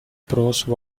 prose